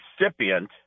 recipient